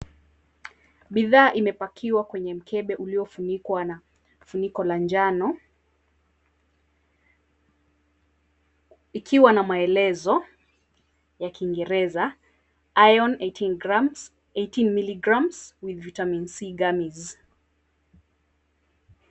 Bidhaa imepakiwa kwenye mkebe uliofunikwa na funiko la njano. Ikiwa na maelezo ya kiingereza Iron 18 Grams, 18 Milligrams with Vitamin C Gummies.